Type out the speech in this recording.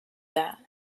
that